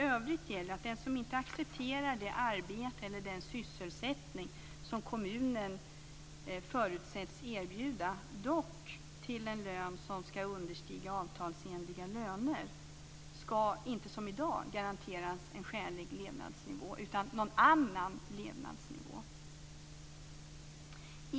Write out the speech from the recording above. I övrigt gäller att den som inte accepterar det arbete eller den sysselsättning som kommunen förutsätts erbjuda, dock till en lön som ska understiga avtalsenliga löner, inte som i dag ska garanteras en skälig levnadsnivå utan någon annan levnadsnivå.